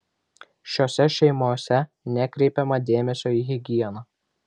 šiose šeimose nekreipiama dėmesio į higieną